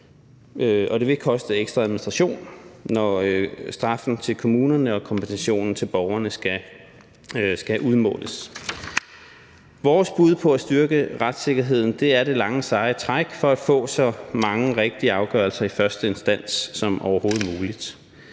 det vil koste ekstra administration, når straffen til kommunerne og kompensationen til borgerne skal udmåles. Vores bud på at styrke retssikkerheden er det lange seje træk for at få så mange rigtige afgørelser i første instans som overhovedet muligt,